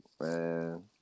man